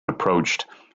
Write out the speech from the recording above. approached